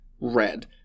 red